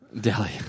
Delhi